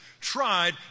tried